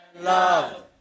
Love